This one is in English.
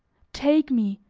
take me,